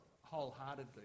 wholeheartedly